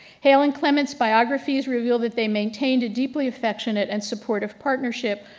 hale and clemens biographies revealed that they maintained a deeply affectionate and support of partnership,